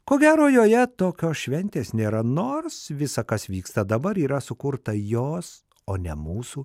ko gero joje tokios šventės nėra nors visa kas vyksta dabar yra sukurta jos o ne mūsų